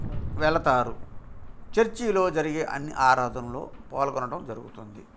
వెళతారు చర్చీలో జరిగే అన్నీ ఆరాధనల్లో పాల్గొనడం జరుగుతుంది